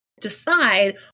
decide